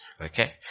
Okay